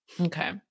Okay